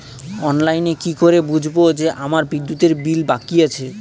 অনলাইনে কি করে বুঝবো যে আমার বিদ্যুতের বিল বাকি আছে?